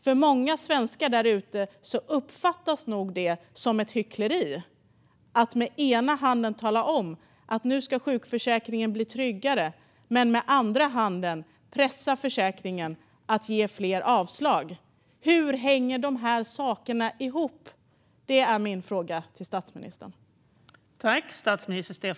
För många svenskar uppfattas det nog som ett hyckleri att regeringen å ena sidan säger att sjukförsäkringen ska bli tryggare, å andra sidan pressar Försäkringskassan att avslå fler. Hur går detta ihop?